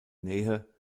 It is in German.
nähe